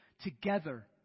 together